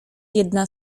jedna